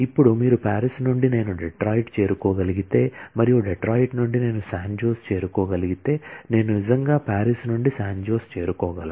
ఇప్పుడు మీరు పారిస్ నుండి నేను డెట్రాయిట్ చేరుకోగలిగితే మరియు డెట్రాయిట్ నుండి నేను శాన్ జోస్ చేరుకోగలిగితే నేను నిజంగా పారిస్ నుండి శాన్ జోస్ చేరుకోగలను